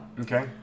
Okay